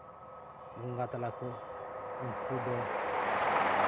ᱵᱚᱸᱜᱟ ᱛᱟᱞᱟ ᱠᱚ ᱩᱱᱠᱩ ᱫᱚ